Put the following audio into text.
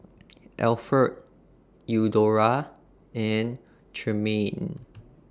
Alferd Eudora and Tremayne